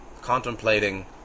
contemplating